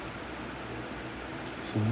சும்மா:summa